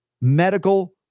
medical